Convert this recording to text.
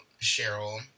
Cheryl